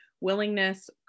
willingness